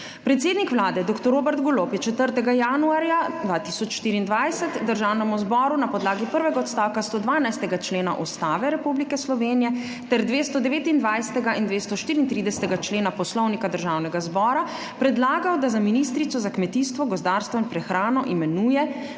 Predsednik Vlade dr. Robert Golob je 4. januarja 2024 Državnemu zboru na podlagi prvega odstavka 112. člena Ustave Republike Slovenije ter 229. in 234. člena Poslovnika Državnega zbora predlagal, da za ministrico za kmetijstvo, gozdarstvo in prehrano imenuje